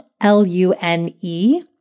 L-U-N-E